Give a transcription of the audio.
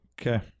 Okay